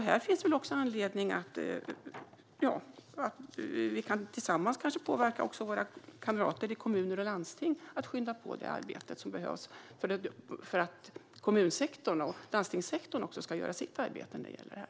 Vi kan kanske tillsammans påverka våra kamrater i kommuner och landsting och skynda på det arbetet, som behövs för att kommunsektorn och landstingssektorn ska göra sitt arbete när det gäller det här.